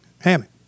Hammond